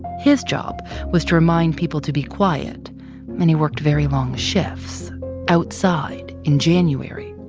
his job was to remind people to be quiet and he worked very long shifts outside in january.